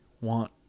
want